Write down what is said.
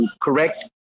correct